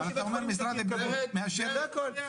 כמו שבית חולים -- זה הכל,